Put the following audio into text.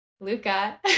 Luca